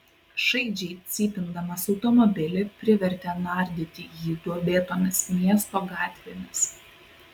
šaižiai cypindamas automobilį privertė nardyti jį duobėtomis miesto gatvėmis